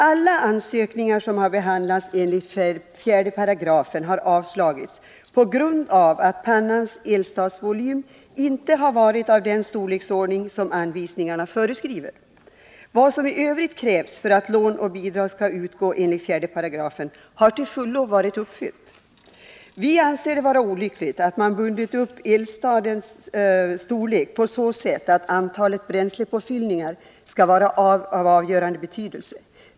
Alla ansökningar som där har behandlats enligt 4 § har avslagits på grund av att pannans eldstadsvolym inte varit av den storleksordning som anvisningarna föreskriver. Vad som i övrigt krävs för att lån och bidrag skall utgå enligt 4 § har till fullo varit uppfyllt. Vi anser det vara olyckligt att man bundit upp eldstadens storlek på så sätt att antalet bränslepåfyllningar skall vara av avgörande betydelse.